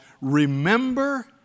remember